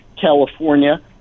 California